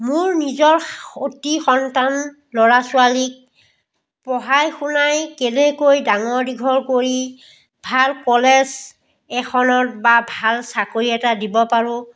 মোৰ নিজৰ সতি সন্তান ল'ৰা ছোৱালীক পঢ়াই শুনাই কেলেকৈ ডাঙৰ দীঘল কৰি ভাল ক'লেজ এখনত বা ভাল চাকৰি এটা দিব পাৰোঁ